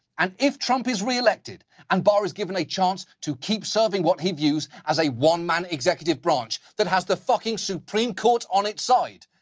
and if trump is re-elected and barr is given a chance to keep serving what he'd use as a one-man executive branch that has the fucking supreme court on its side,